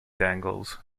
angles